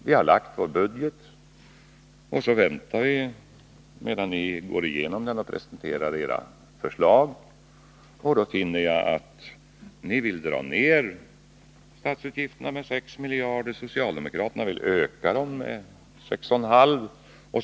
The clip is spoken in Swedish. Vi har lagt vår budget, och så väntar vi medan ni går igenom den och presenterar era förslag. Så finner jag att ni vill dra ner statsutgifterna med 6 miljarder och socialdemokraterna vill öka dem med 6,5 miljarder.